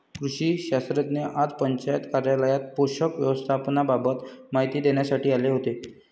कृषी शास्त्रज्ञ आज पंचायत कार्यालयात पोषक व्यवस्थापनाबाबत माहिती देण्यासाठी आले होते